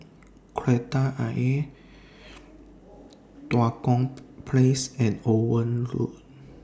Kreta Ayer Tua Kong Place and Owen Road